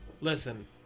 Listen